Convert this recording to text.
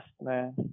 man